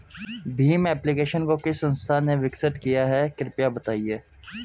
Bhim application को किस संस्था ने विकसित किया है कृपया बताइए?